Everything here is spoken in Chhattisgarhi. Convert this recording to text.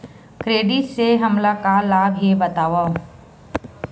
क्रेडिट से हमला का लाभ हे बतावव?